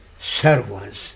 servants